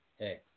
hey